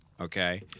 Okay